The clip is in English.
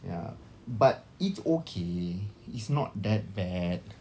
ya but it's okay it's not that bad